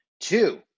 Two